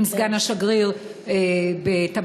עם סגן השגריר בטבסקו,